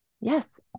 Yes